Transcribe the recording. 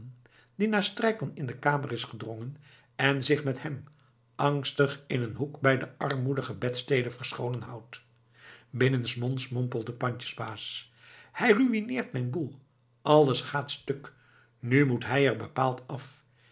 die na strijkman in de kamer is gedrongen en zich met hem angstig in een hoek bij de armoedige bedstede verscholen houdt binnensmonds mompelt de pandjesbaas hij ruïneert mijn boel alles gaat stuk nu moet hij er bepaald af